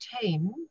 team